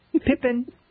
Pippin